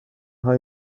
هایی